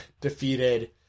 defeated